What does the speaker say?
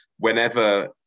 whenever